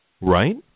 Right